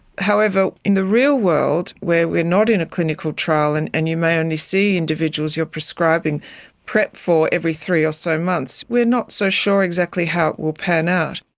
however, in the real world where we're not in a clinical trial and and you may only see individuals you're prescribing prep for every three or so months, we're not so sure exactly how it will pan out.